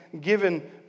given